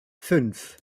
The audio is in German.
fünf